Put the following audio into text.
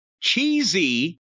Cheesy